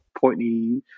pointy